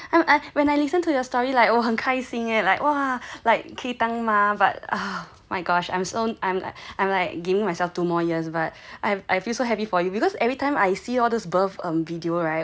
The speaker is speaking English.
I when I listen to your story like 我很开心 eh like !wah! like 可以当妈 but ah my gosh I'm so I'm like I'm like giving myself two more years but I've I feel so happy for you because everytime I see those birth video right 我会哭 yah 因为因为